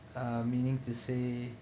uh meaning to say